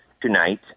tonight